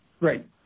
Right